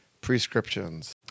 Prescriptions